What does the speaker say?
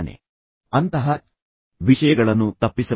ಆದ್ದರಿಂದ ಅಂತಹ ವಿಷಯಗಳನ್ನು ತಪ್ಪಿಸಬಹುದು